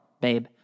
babe